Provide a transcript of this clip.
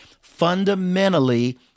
fundamentally